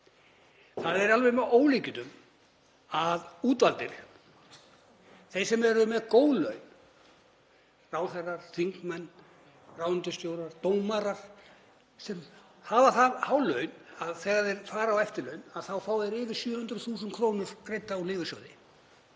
Það er alveg með ólíkindum að útvaldir, þeir sem eru með góð laun; ráðherrar, þingmenn, ráðuneytisstjórar dómarar, hafa það há laun að þegar þeir fara á eftirlaun þá fá þeir yfir 700.000 kr. úr lífeyrissjóði.